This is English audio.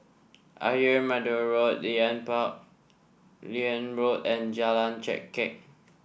Ayer Merbau Road Liane Liane Road and Jalan Chengkek